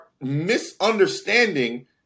misunderstanding